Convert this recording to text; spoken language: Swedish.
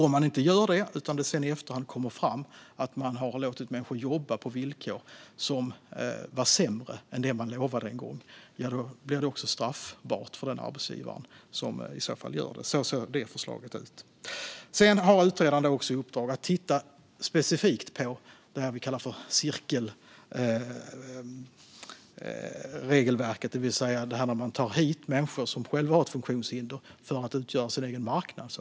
Om det inte görs och det sedan i efterhand kommer fram att människor har fått jobba på villkor som är sämre än vad som en gång utlovades blir det straffbart för arbetsgivaren i fråga. Så ser det förslaget ut. Utredaren har också i uppdrag att titta specifikt på det vi kallar cirkelregelverket, det vill säga att man tar hit människor som själva har ett funktionshinder och så att säga får utgöra sin egen marknad.